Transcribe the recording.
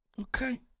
okay